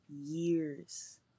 years